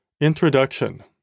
Introduction